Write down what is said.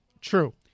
True